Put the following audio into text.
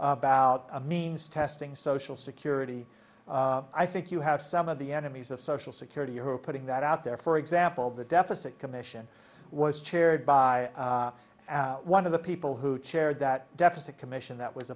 about a means testing social security i think you have some of the enemies of social security who are putting that out there for example the deficit commission was chaired by one of the people who chaired that deficit commission that was